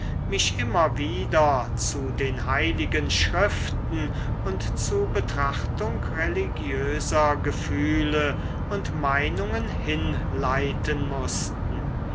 mich immer wieder zu den heiligen schriften und zu betrachtung religiöser gefühle und meinungen hinleiten mußten